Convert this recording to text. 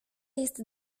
jest